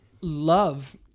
love